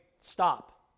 stop